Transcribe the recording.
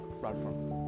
platforms